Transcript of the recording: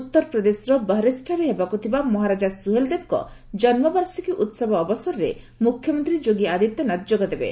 ଉତ୍ତର ପ୍ରଦେଶର ବହରାଇଚଠାରେ ହେବାକୁ ଥିବା ମହାରାଜା ସୁହେଲ୍ଦେବଙ୍କ ଜନ୍ମବାର୍ଷିକୀ ଉତ୍ସବ ଅବସରରେ ମୁଖ୍ୟମନ୍ତ୍ରୀ ଯୋଗୀ ଆଦିତ୍ୟନାଥ ଯୋଗଦେବେ